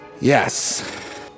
Yes